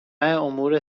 امور